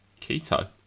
Keto